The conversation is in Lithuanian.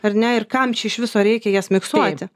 ar ne ir kam čia iš viso reikia jas miksuoti